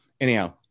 Anyhow